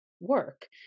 work